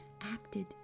acted